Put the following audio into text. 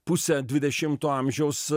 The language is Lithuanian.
pusę dvidešimto amžiaus